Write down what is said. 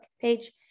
page